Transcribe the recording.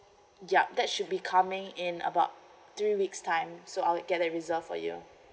ya that should be coming in about three weeks' time so I'll get that reserved for you